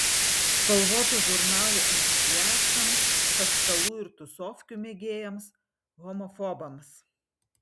spalvotų žurnalų entuziastams paskalų ir tusovkių mėgėjams homofobams